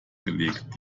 gelegt